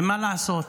ומה לעשות,